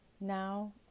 now